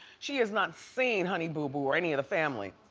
she has not seen honey boo boo or any of the family.